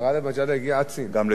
גם לסין הוא הגיע, נכון.